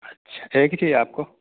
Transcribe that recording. اچھا ایک ہی چاہیے آپ کو